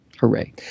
Hooray